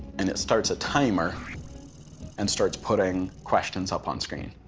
and it starts a timer and starts putting questions up on screen.